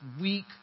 weak